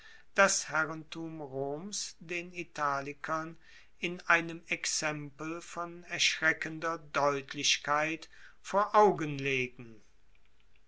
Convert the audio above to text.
das herrentum roms den italikern in einem exempel von erschreckender deutlichkeit vor augen legen